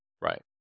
Right